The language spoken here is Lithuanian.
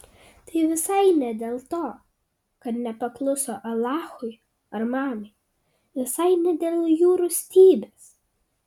tai visai ne dėl to kad nepakluso alachui ar mamai visai ne dėl jų rūstybės